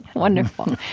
wonderful.